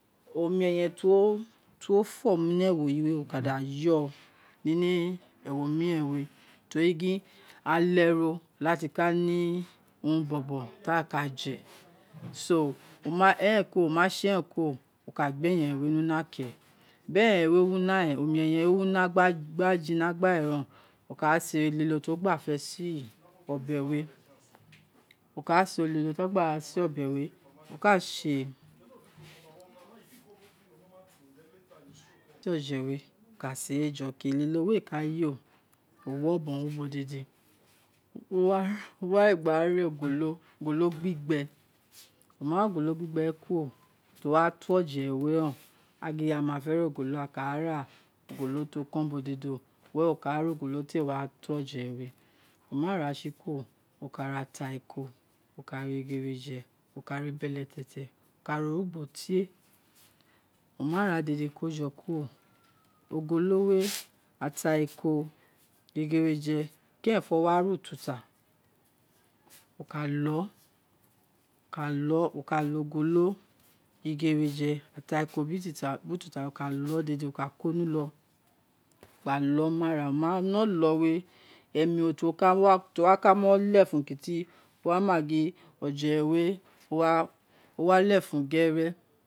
O nu ẹyẹn ti wo fọ mu ni e̱wo we wo ka da yoō nini ewo mirem we tori gin, ale ro lati ka ne lie bobo ti ee aghan éè ka je so, ẹrẹn kuro mo me ṣe e̱rẹn kuro wo ka gbe ni una ke, bi ẹyẹn we wi una ren, omi eyen wē wi una gba jina were ren o woka sere elilo ti wogba fẹ sē obe we wo ka o sere elilo ti e gba se o̱bẹ wē o ka sē di oje we woka sērē jọ, elilo we éè ka ye, owi ọbọn ni ubo dede o ware gba ra oglo gbigbẹ wo ma regba ro ogolo gbigbe we kuro, o wato oje we áà gin amafe na ogolo áà ka ra ogolo ti o kon ubo dede were wo ka ra ogolo tē wa to oje we wo mara se kuro wo kara ata riko wo ka ra irēgej̄e woka ra beletietie wo ka ra orugbo tie, wo ma ra dede gba ko jo kuro ata riko, beletietie iregeje, keren fọ wo wa ra ututa woka lo wo ka lo ogolo igereje atariko biri ututa, wo ka lọ dede, wo ka ko ni ulo gbalo ma ara wo inalo we emi roti woka mo lefun kiti wo wa ma gin oje we o walefun ge̱rẹ